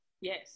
Yes